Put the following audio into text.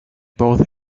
both